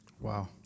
Wow